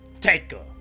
taker